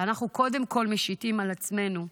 אנחנו משיתים קודם כול על עצמנו.